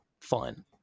fine